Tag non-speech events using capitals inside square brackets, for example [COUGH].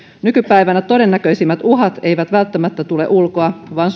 nykypäivänä todennäköisimmät uhat eivät välttämättä tule ulkoa vaan [UNINTELLIGIBLE]